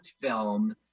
film